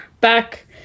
back